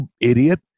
idiot